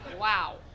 Wow